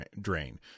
drain